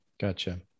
Gotcha